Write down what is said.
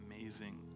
amazing